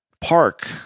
park